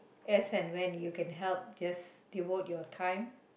as and when you can help just devote your time